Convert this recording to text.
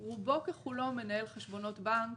רובו ככולו מנהל חשבונות בנק.